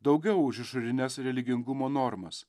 daugiau už išorines religingumo normas